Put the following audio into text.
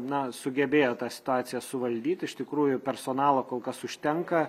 na sugebėjo tą situaciją suvaldyt iš tikrųjų personalo kol kas užtenka